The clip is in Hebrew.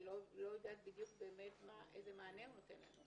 אני לא יודעת בדיוק איזה מענה הוא נותן לנו.